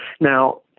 Now